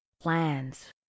plans